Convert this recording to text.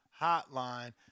Hotline